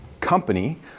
company